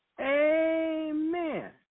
Amen